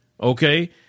Okay